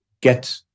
get